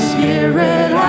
Spirit